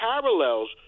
parallels